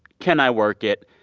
can i work it?